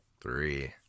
Three